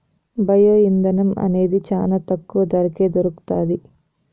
bio ఇంధనం అనేది చానా తక్కువ ధరకే దొరుకుతాది